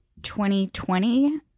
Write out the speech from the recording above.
2020